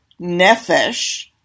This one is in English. nefesh